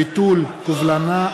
(ביטול קובלנה),